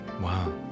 Wow